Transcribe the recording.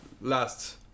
last